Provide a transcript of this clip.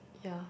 ya